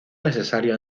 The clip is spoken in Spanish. necesario